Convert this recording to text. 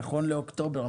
נכון לאוקטובר.